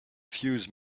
fuse